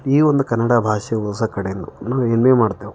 ಈ ಒಂದು ಕನ್ನಡ ಭಾಷೆ ಉಳಿಸೊ ಕಡೇನು ನಾವು ಹೆಮ್ಮೆ ಮಾಡ್ತೇವೆ